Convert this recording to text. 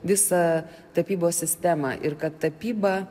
visą tapybos sistemą ir kad tapyba